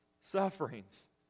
sufferings